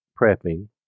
prepping